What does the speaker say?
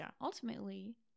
ultimately